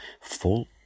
full